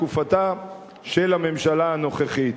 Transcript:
בתקופתה של הממשלה הנוכחית.